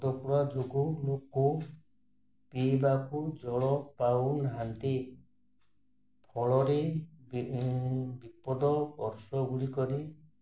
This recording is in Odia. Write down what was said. ଯୋଗୁ ଲୋକ ପିଇବାକୁ ଜଳ ପାଉନାହାନ୍ତି ଫଳରେ ବିପଦ ବର୍ଷ ଗୁଡ଼ିକରେ